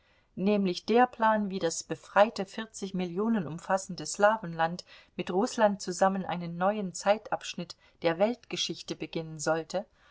nämlich der plan wie das befreite vierzig millionen umfassende slawenland mit rußland zusammen einen neuen zeitabschnitt der weltgeschichte beginnen sollte